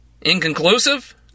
Inconclusive